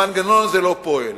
המנגנון הזה לא פועל,